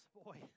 boy